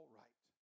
right